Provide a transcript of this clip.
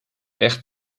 echt